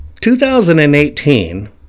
2018